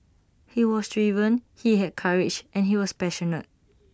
he was driven he had courage and he was passionate